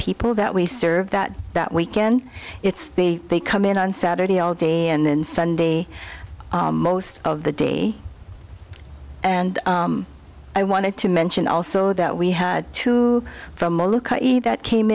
people that we serve that that weekend it's a they come in on saturday all day and then sunday most of the day and i wanted to mention also that we had two from the that came